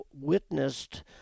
witnessed